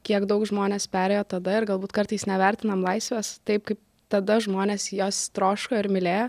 kiek daug žmonės perėjo tada ir galbūt kartais nevertinam laisvės taip kaip tada žmonės jos troško ir mylėjo